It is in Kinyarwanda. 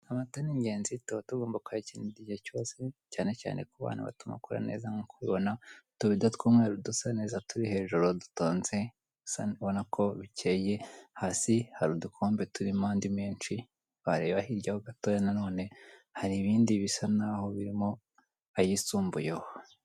Amata ni ingenzi tuba tugomba kuyakenera igihe cyose cyane cyane ku bantu batuma akora neza nk'uko ubibona, utubido tw'umweru dusa neza turi hejuru dutonze, ubona ko bukeye, hasi hari udukombe turimo andi menshi wareba hirya ho hatoya nanone hari ibindi bisa naho birimo ayisumbuyeho.